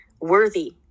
worthy